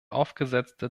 aufgesetzte